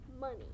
money